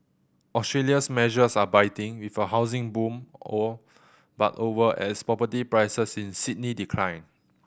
Australia's measures are biting with a housing boom all but over as property prices in Sydney decline